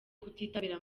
kutitabira